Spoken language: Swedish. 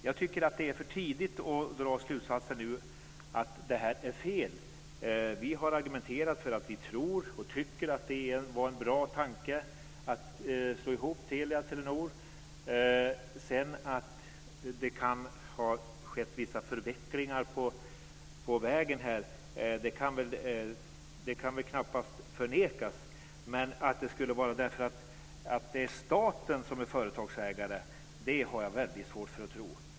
Jag tycker att det är för tidigt att nu dra slutsatsen att det här är fel. Vi har argumenterat för och sagt att vi tror och tycker att det var en bra tanke att slå ihop Telia och Telenor. Att det sedan kan ha skett vissa förvecklingar på vägen här kan väl knappast förnekas men att det skulle bero på att det är staten som är företagsägare har jag väldigt svårt att tro.